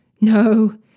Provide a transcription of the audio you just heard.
No